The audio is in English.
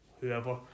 whoever